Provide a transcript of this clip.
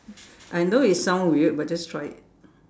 I know it sounds weird but just try it